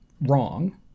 wrong